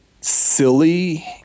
silly